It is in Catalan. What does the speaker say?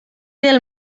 del